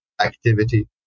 activity